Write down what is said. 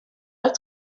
like